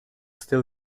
still